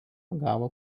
gavo